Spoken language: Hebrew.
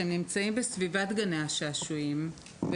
שנמצאים בסביבת גני השעשועים,